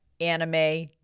anime